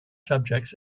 subjects